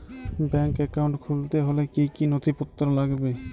Bank account খুলতে হলে কি কি নথিপত্র লাগবে?